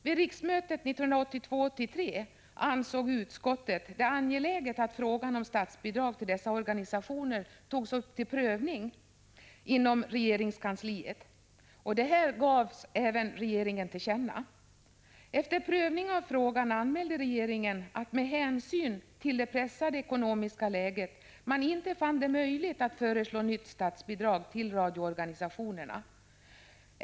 Vid riksmötet 1982/83 ansåg utskottet det angeläget att frågan om statsbidrag till dessa organisationer togs upp till prövning inom regeringskansliet. Detta gavs regeringen till känna. Efter prövning av frågan anmälde regeringen att man med hänsyn till det pressade ekonomiska läget inte fann det möjligt att föreslå nytt statsbidrag till radioorganisationerna.